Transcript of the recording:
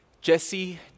Jesse